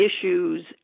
issues